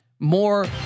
More